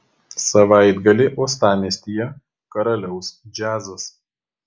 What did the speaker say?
savaitgalį uostamiestyje karaliaus džiazas